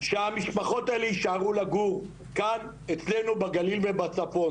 שהמשפחות האלו יישארו לגור כאן אצלנו בגליל ובצפון.